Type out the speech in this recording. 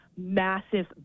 massive